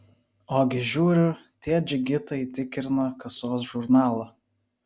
ogi žiūriu tie džigitai tikrina kasos žurnalą